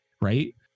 right